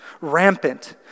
Rampant